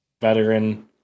veteran